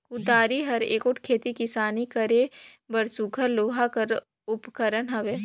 कुदारी हर एगोट खेती किसानी करे बर सुग्घर लोहा कर उपकरन हवे